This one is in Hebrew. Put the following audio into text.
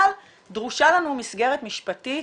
אבל דרושה לנו מסגרת משפטית